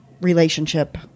relationship